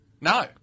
No